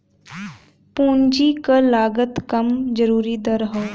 पूंजी क लागत कम जरूरी दर हौ